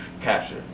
capture